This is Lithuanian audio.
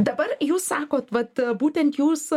dabar jūs sakot vat būtent jūs